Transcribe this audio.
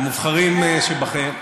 המובחרים שבכם.